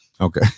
Okay